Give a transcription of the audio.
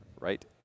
right